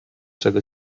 czego